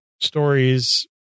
stories